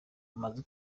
amaze